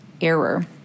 error